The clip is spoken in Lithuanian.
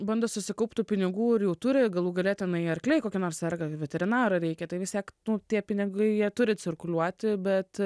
bando susikaupt tų pinigų ir jų turi galų gale tenai arkliai kokie nors serga veterinaro reikia tai vis tiek nu tie pinigai jie turi cirkuliuoti bet